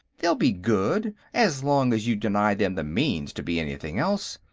they'll be good, as long as you deny them the means to be anything else.